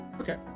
Okay